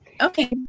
Okay